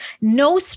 no